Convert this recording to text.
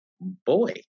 Boy